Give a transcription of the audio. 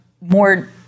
more